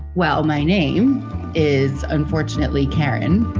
well, my name is, unfortunately, karen.